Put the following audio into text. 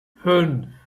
fünf